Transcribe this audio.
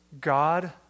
God